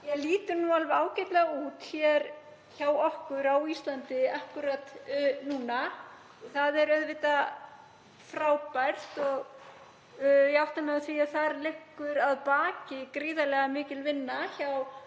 lítur alveg ágætlega út hjá okkur á Íslandi akkúrat núna. Það er auðvitað frábært og ég átta mig á því að þar liggur að baki gríðarlega mikil vinna hjá